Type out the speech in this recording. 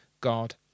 God